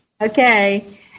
okay